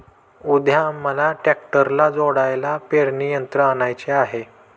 उद्या आम्हाला ट्रॅक्टरला जोडायला पेरणी यंत्र आणायचे आहे